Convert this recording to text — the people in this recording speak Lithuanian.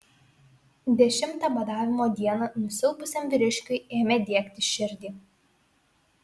dešimtą badavimo dieną nusilpusiam vyriškiui ėmė diegti širdį